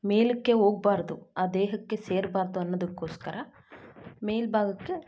ಮೇಲಕ್ಕೆ ಹೋಗ್ಬಾರ್ದು ಆ ದೇಹಕ್ಕೆ ಸೇರಬಾರ್ದು ಅನ್ನೋದುಕ್ಕೋಸ್ಕರ ಮೇಲು ಭಾಗಕ್ಕೆ